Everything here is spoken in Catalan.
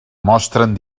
mostren